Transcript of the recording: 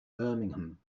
birmingham